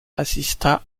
assista